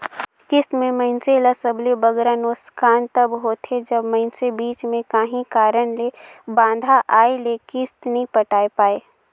किस्त में मइनसे ल सबले बगरा नोसकान तब होथे जब मइनसे बीच में काहीं कारन ले बांधा आए ले किस्त नी पटाए पाए